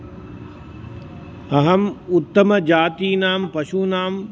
अहम् उत्तमजातीनां पशूनाम्